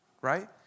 right